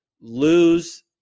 lose